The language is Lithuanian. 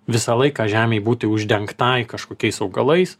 visą laiką žemei būti uždengtai kažkokiais augalais